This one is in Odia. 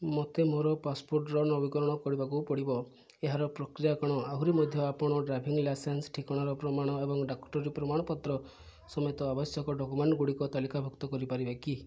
ମୋତେ ମୋର ପାସପୋର୍ଟ୍ର ନବୀକରଣ କରିବାକୁ ପଡ଼ିବ ଏହାର ପ୍ରକ୍ରିୟା କ'ଣ ଆହୁରି ମଧ୍ୟ ଆପଣ ଡ୍ରାଇଭିଂ ଲାଇସେନ୍ସ୍ ଠିକଣାର ପ୍ରମାଣ ଏବଂ ଡାକ୍ତରୀ ପ୍ରମାଣପତ୍ର ସମେତ ଆବଶ୍ୟକ ଡକ୍ୟୁମେଣ୍ଟ୍ଗୁଡ଼ିକୁ ତାଲିକାଭୁକ୍ତ କରିପାରିବେ କି